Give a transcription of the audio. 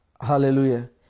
Hallelujah